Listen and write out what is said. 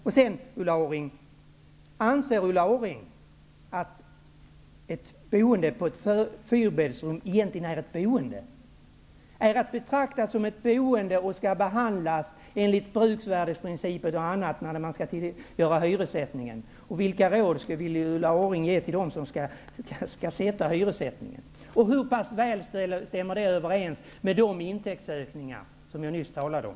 Anser vidare Ulla Orring att ett boende på ett fyrbäddsrum egentligen är ett boende? Är det att betrakta som ett boende som skall behandlas enligt bruksvärdesprincipen osv. vid hyressättningen? Vilka råd vill Ulla Orring ge dem som skall fastställa hyrorna? Hur väl stämmer detta med de intäktsökningar som jag nyss talade om?